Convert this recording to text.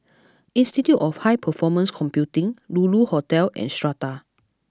Institute of High Performance Computing Lulu Hotel and Strata